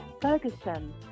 Ferguson